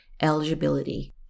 eligibility